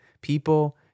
people